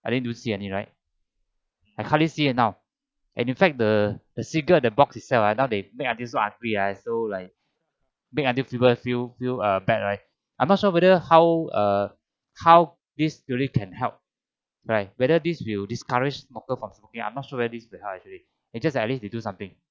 I didn't see any right I hardly see it now and in fact the the cigarette the box it sell now they make until so ugly like so like make until people feel feel uh bad right I'm not sure whether how err how this can help right whether this will discouraged smoker from smoking I'm not sure whether this will help actually it just at least they do something